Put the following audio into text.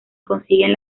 consiguen